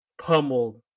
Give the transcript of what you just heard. pummeled